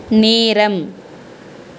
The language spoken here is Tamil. நேரம்